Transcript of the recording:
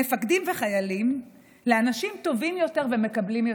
מפקדים וחיילים, לאנשים טובים יותר ומקבלים יותר.